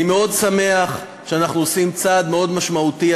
אני מאוד שמח שאנחנו עושים צעד מאוד משמעותי,